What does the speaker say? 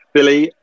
Billy